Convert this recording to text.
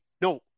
no